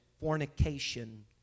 fornication